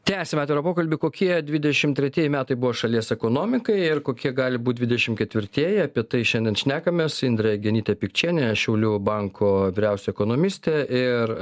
tęsiam atvirą pokalbį kokie dvidešim tretieji metai buvo šalies ekonomikai ir kokie gali būt dvidešim ketvirtieji apie tai šiandien šnekamės su indre genyte pikčiene šiaulių banko vyriausia ekonomiste ir